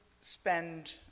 spend